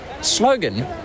slogan